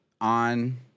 on